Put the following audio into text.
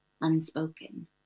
unspoken